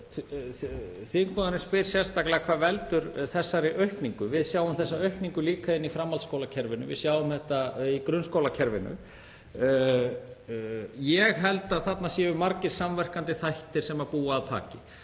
Þingmaðurinn spyr sérstaklega: Hvað veldur þessari aukningu? Við sjáum þessa aukningu líka inni í framhaldsskólakerfinu. Við sjáum þetta í grunnskólakerfinu. Ég held að þarna séu margir samverkandi þættir sem búa að baki.